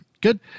good